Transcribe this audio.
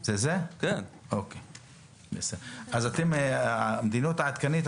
אז אתם תשלחו לנו את המדיניות העדכנית.